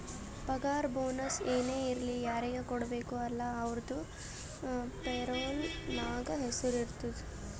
ಪಗಾರ ಬೋನಸ್ ಏನೇ ಇರ್ಲಿ ಯಾರಿಗ ಕೊಡ್ಬೇಕ ಅಲ್ಲಾ ಅವ್ರದು ಪೇರೋಲ್ ನಾಗ್ ಹೆಸುರ್ ಇರ್ತುದ್